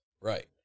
Right